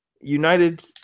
United